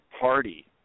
party